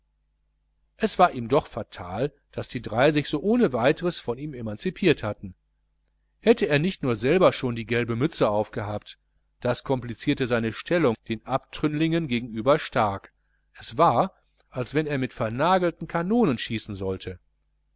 es war ihm doch fatal daß die drei sich so ohne weiteres von ihm emanzipiert hatten hätte er nur nicht selber schon die gelbe mütze aufgehabt das komplizierte seine stellung den abtrünnlingen gegenüber stark es war als wenn er mit vernagelten kanonen schießen sollte